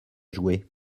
jouer